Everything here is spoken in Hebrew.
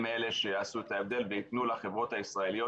הם אלה שיעשו את הבדל ויתנו לחברות הישראליות